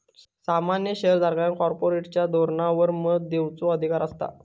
सामान्य शेयर धारकांका कॉर्पोरेशनच्या धोरणांवर मत देवचो अधिकार असता